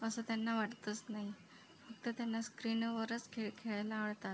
असं त्यांना वाटतच नाही तर त्यांना स्क्रीनवरच खेळ खेळायला आवडतात